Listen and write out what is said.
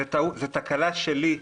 זו תקלה שלי,